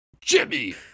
Jimmy